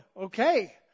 okay